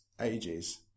ages